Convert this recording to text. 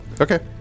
Okay